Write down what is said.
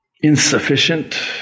insufficient